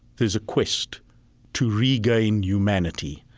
there's a quest to regain humanity